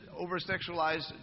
over-sexualized